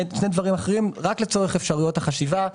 דברים אחרים רק לצורך אפשרויות החשיבה.